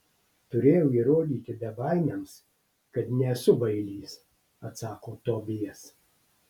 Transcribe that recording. turėjau įrodyti bebaimiams kad nesu bailys atsako tobijas